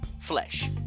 flesh